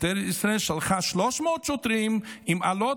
משטרת ישראל שלחה 300 שוטרים עם אלות